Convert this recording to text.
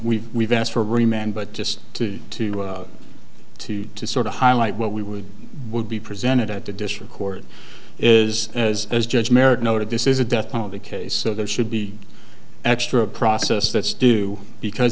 we've we've asked for remand but just to to to to sort of highlight what we would would be presented at the district court is as as judge merit noted this is a death penalty case so there should be extra process that's due because